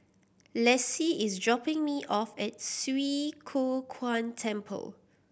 Lexi is dropping me off at Swee Kow Kuan Temple